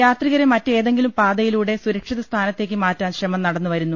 യാത്രികരെ മറ്റേതെങ്കിലും പാതയിലൂടെ സുര ക്ഷിത സ്ഥാനത്തേക്ക് മാറ്റാൻ ശ്രമം നടന്നു വരുന്നു